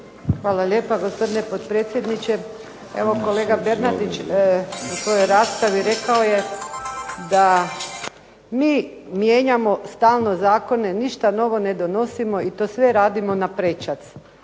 Hvala lijepa gospodine potpredsjedniče. Evo kolega Bernardić u svojoj raspravi rekao je da mi mijenjamo stalno zakone, ništa novo ne donosimo i to sve radimo naprečac.